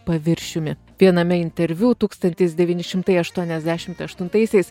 paviršiumi viename interviu tūkstantis devyni šimtai aštuoniasdešimt aštuntaisiais